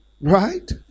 Right